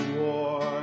war